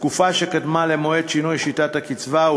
התקופה שקדמה למועד שינוי שיטת הקצבה,